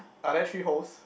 are they three holes